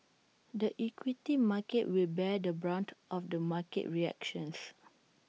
the equity market will bear the brunt of the market reactions